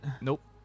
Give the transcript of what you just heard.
Nope